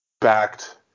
backed